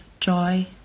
joy